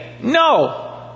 No